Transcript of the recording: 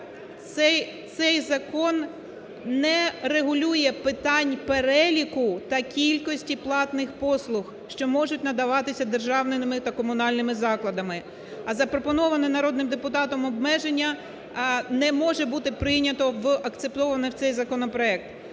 Цей закон не регулює питань переліку та кількості платних послуг, що можуть надаватися державними та комунальними закладами. А запропоноване народним депутатом обмеження не може бути прийнято, акцептовано в цей законопроект.